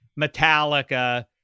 Metallica